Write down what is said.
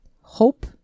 hope